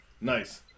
Nice